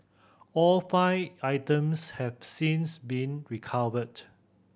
all five items have since been recovered